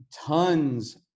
tons